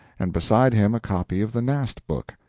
and beside him a copy of the nast book.